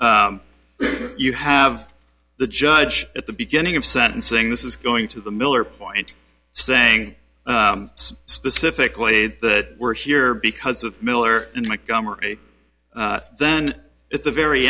you have the judge at the beginning of sentencing this is going to the miller point saying specifically that we're here because of miller and gomery then at the very